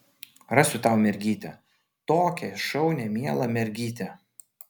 rasiu tau mergytę tokią šaunią mielą mergytę